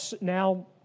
now